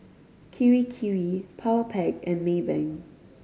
Kirei Kirei Powerpac and Maybank